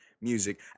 music